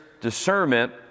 discernment